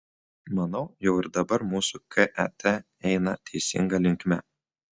manau jau ir dabar mūsų ket eina teisinga linkme